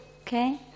okay